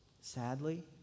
sadly